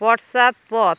পশ্চাৎপদ